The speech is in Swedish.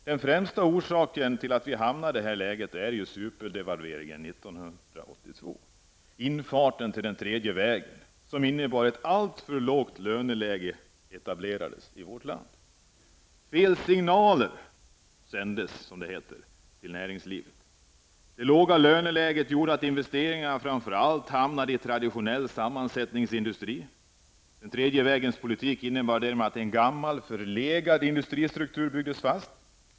Den främsta orsaken till att vi har hamnat i detta läge är den superdevalvering som skedde 1982 -- infarten till den tredje vägen, som innebar att ett alltför lågt löneläge etablerades i vårt land. Fel signaler sändes, som det heter, ut till näringslivet. Det låga löneläget gjorde att investeringarna framför allt hamnade i traditionell sammansättningsindustri. Den tredje vägens politik innebar därigenom att en gammal, förlegad industristruktur byggdes fast.